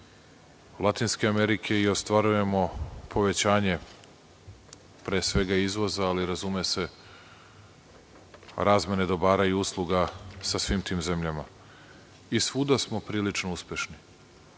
Latinske Amerike. Ostvarujemo povećanje pre svega izvoza, ali razume se, razmene dobara i usluga sa svim tim zemljama. Svuda smo prilično uspešni.